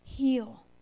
Heal